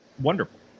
wonderful